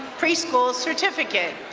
preschool certificate.